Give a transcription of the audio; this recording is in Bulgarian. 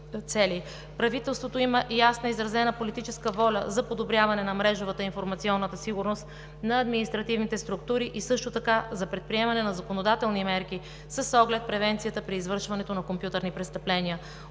Правителството има ясно изразена политическа воля за подобряване на мрежовата и информационната сигурност на административните структури и също така за предприемане на законодателни мерки с оглед превенцията при извършването на компютърни престъпления.